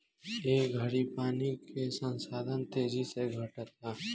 ए घड़ी पानी के संसाधन तेजी से घटता